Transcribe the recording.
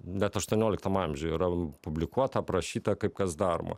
net aštuonioliktam amžiuj yra publikuota aprašyta kaip kas daroma